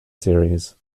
series